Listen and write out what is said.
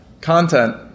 content